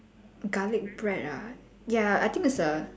garlic bread ah ya I think it's a